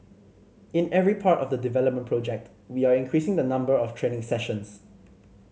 in every part of the development project we are increasing the number of training sessions